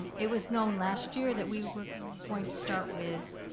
it was known last year that we were going to start with